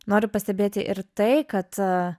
noriu pastebėti ir tai kad